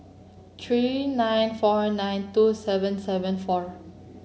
three nine four nine two seven seven four